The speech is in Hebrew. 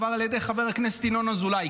עבר על ידי חבר הכנסת ינון אזולאי.